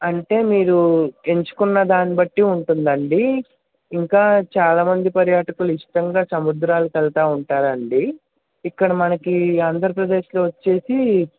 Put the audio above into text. అంటే మీరు ఎంచుకున్నదాన్ని బట్టి ఉంటుందండి ఇంకా చాలా మంది పర్యాటకులు ఇష్టంగా సముద్రాలకి వెళ్తూ ఉంటారండీ ఇక్కడ మనకి ఆంధ్రప్రదేశ్లో వచ్చి